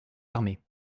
armées